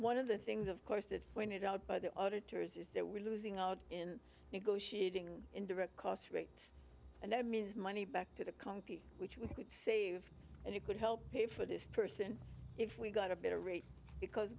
one of the things of course that pointed out by the auditor is that we're losing out in negotiating indirect costs rates and i mean is money back to the county we you could save and you could help pay for this person if we got a better rate because